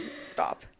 Stop